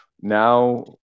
now